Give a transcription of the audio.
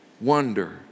Wonder